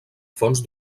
fons